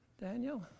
Daniel